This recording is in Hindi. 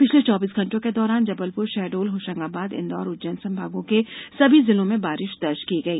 पिछले चौबीस घंटों के दौरान जबलपुर षहडोल होषंगाबाद इंदौर और उज्जैन संभागों के सभी जिलों में बारिष दर्ज की गई